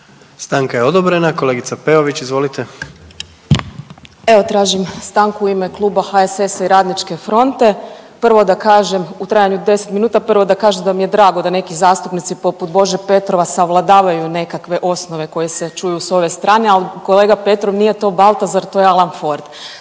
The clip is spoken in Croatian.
Stanka je odobrena. Kolegica Peović, izvolite. **Peović, Katarina (RF)** Evo tražim stanku u ime Kluba HSS-a i Radničke fronte, prvo da kaže, u trajanju od 10 minuta, prvo da kažem da mi je drago da neki zastupnici poput Bože Petrova savladavaju nekakve osnove koje se čuju s ove strane, ali kolega Petrov nije to Baltazar, to je Alan Ford.